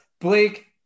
Blake